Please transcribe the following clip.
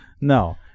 no